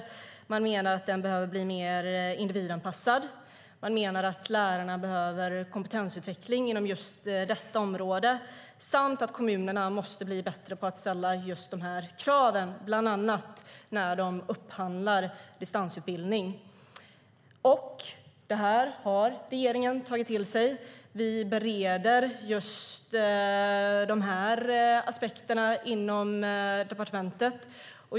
Skolinspektionen menar att den behöver bli mer individanpassad, att lärarna behöver kompetensutveckling inom just det området samt att kommunerna måste bli bättre på att ställa just de här kraven, bland annat när de upphandlar distansutbildning. Det här har regeringen tagit till sig. Vi bereder de aspekterna inom departementet.